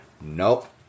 Nope